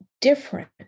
different